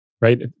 right